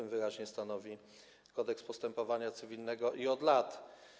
Tak wyraźnie stanowi Kodeks postępowania cywilnego, i to od lat.